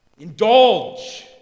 Indulge